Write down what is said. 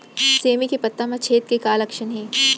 सेमी के पत्ता म छेद के का लक्षण हे?